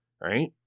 right